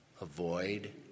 Avoid